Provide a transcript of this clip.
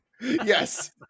Yes